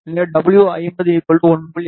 எனவே w50 1